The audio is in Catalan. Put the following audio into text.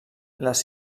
les